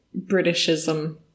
Britishism